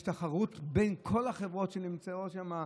יש תחרות בין כל החברות שנמצאות שם,